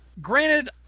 Granted